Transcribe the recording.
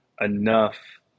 enough